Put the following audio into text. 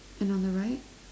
and on the right